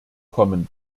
kommen